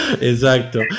Exacto